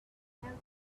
noticed